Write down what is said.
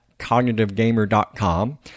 cognitivegamer.com